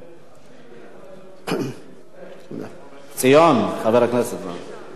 משמעות התיקון היא כי